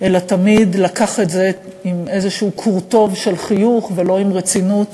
אלא תמיד לקח את זה עם איזשהו קורטוב של חיוך ולא עם רצינות